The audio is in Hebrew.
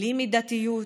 בלי מידתיות,